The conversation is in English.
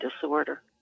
disorder